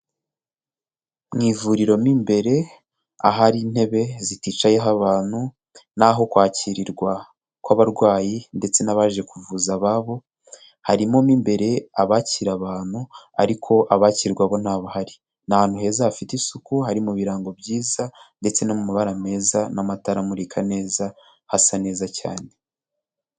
Mu ivuriro mo imbere ahari intebe ziticayeho abantu n'aho kwakirirwa kw'abarwayi ndetse n'abaje kuvuza ababo, harimo mo imbere abakira abantu ariko abakirwa bo ntabahari, ni ahantu heza hafite isuku, hari mu birango byiza ndetse no mu mabara meza n'amatara amurika neza, hasa neza cyane.